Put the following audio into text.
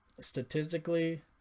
statistically